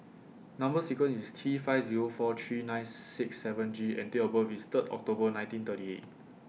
Number sequence IS T five Zero four three nine six seven G and Date of birth IS Third October nineteen thirty eight